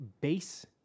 base